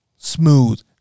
Smooth